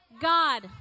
God